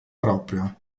proprio